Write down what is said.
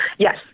Yes